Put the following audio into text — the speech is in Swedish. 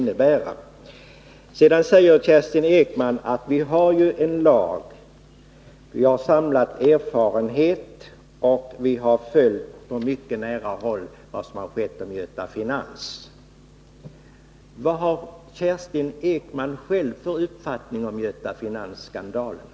Kerstin Ekman säger vidare att vi har en lag, att vi har samlat erfarenheter och att vi på mycket nära håll har följt händelserna i samband med Göta Finans-affären. Vilken uppfattning har Kerstin Ekman själv om Göta Finans-skandalen?